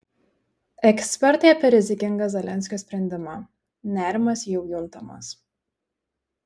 ekspertai apie rizikingą zelenskio sprendimą nerimas jau juntamas